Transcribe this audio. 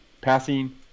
passing